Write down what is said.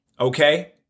Okay